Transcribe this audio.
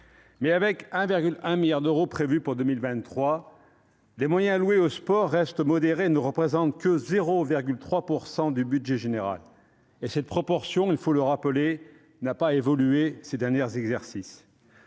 avec 1,1 milliard d'euros prévus pour 2023, les moyens alloués au sport restent modérés et ne représentent que 0,3 % du budget général. Cette proportion, il faut le rappeler, n'a pas évolué au cours des derniers exercices.